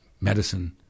medicine